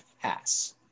pass